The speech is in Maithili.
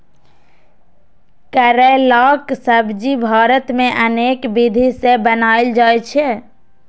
करैलाक सब्जी भारत मे अनेक विधि सं बनाएल जाइ छै